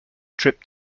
trip